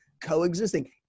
coexisting